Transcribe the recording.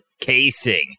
casing